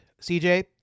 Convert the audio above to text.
CJ